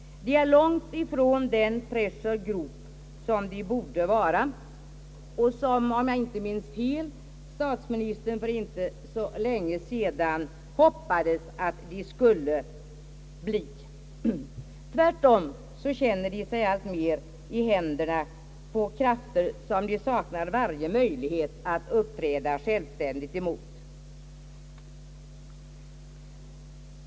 De är långt ifrån den pressure group som de borde vara och som —- om jag inte minns fel — statsministern för inte så länge sedan hoppades att de skulle bli. Tvärtom känner de sig alltmer i händerna på krafter mot vilka de saknar varje möjlighet att uppträda självständigt.